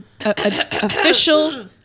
Official